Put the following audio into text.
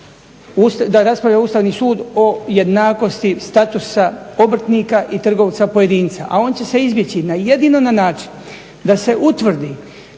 da raspravlja Ustavni sud o jednakosti statusa obrtnika i trgovca pojedinca, a on će se izbjeći jedino na način da se utvrdi